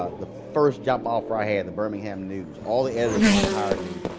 ah the first job offer i had, the birmingham news, all the editors wanted to hire me.